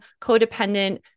codependent